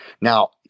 now